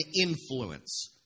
influence